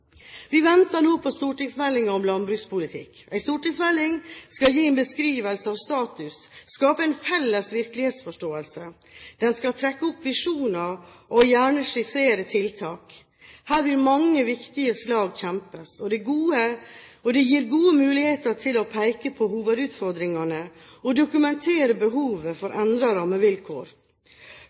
Vi venter nå på stortingsmeldingen om landbrukspolitikk. En stortingsmelding skal gi en beskrivelse av status – skape en felles virkelighetsforståelse. Den skal trekke opp visjoner og gjerne skissere tiltak. Her vil mange viktige slag kjempes, og det gir gode muligheter til å peke på hovedutfordringene og dokumentere behovet for endrede rammevilkår.